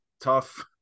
tough